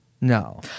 No